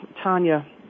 Tanya